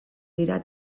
dira